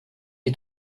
est